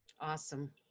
awesome